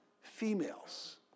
females